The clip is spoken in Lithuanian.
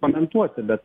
komentuoti bet